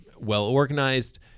well-organized